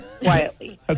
quietly